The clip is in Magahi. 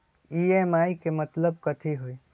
ई.एम.आई के मतलब कथी होई?